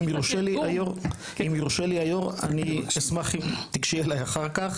אני אשמח אם תיגשי אליי אחר-כך.